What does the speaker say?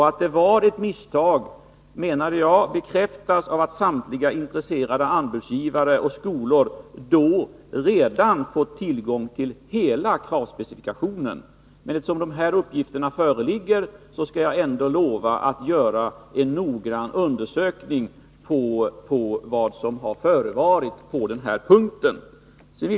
Att det var ett misstag, menade jag, bekräftas av att samtliga intresserade anbudsgivare och skolor då redan fått tillgång till hela kravspecifikationen. Men eftersom dessa uppgifter föreligger, lovar jag ändå att göra en noggrann undersökning rörande vad som har förevarit på denna punkt.